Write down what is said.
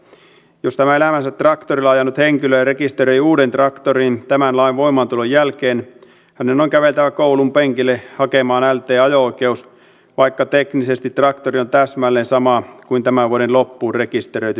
jos tämä elämänsä traktorilla ajanut henkilö rekisteröi uuden traktorin tämän lain voimaantulon jälkeen hänen on käveltävä koulunpenkille hakemaan lt ajo oikeus vaikka teknisesti traktori on täsmälleen sama kuin tämän vuoden loppuun rekisteröity traktori